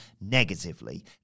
negatively